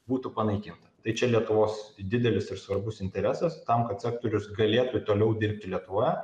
būtų panaikinta tai čia lietuvos didelis ir svarbus interesas tam kad sektorius galėtų toliau dirbti lietuvoje